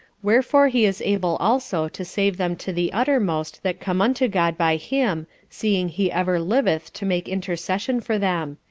wherefore he is able also to save them to the uttermost that come unto god by him seeing he ever liveth to make intercession for them.